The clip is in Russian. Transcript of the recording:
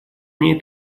ней